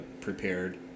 prepared